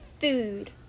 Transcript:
food